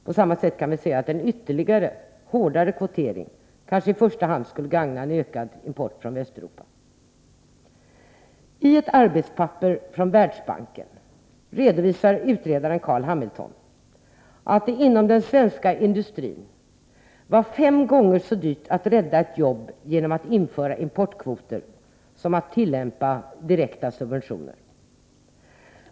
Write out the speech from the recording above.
På samma sätt kan vi säga att en ännu hårdare kvotering måhända i första hand skulle gagna en ökad import från Västeuropa. I ett arbetspapper från Världsbanken redovisar utredaren Carl Hamilton att det inom den svenska industrin var fem gånger så dyrt att rädda ett jobb genom att införa importkvoter som genom att tillämpa direkta subventioner.